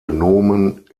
nomen